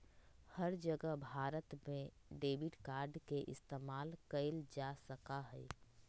हर जगह भारत में डेबिट कार्ड के इस्तेमाल कइल जा सका हई